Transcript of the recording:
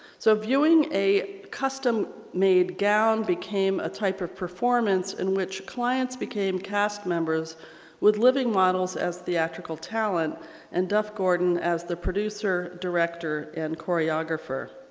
so viewing a custom-made gown became a type of performance in which clients became cast members with living models as theatrical talent and duff-gordon as the producer, director, and choreographer